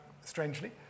strangely